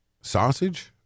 sausage